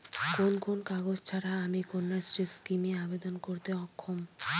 কোন কোন কাগজ ছাড়া আমি কন্যাশ্রী স্কিমে আবেদন করতে অক্ষম?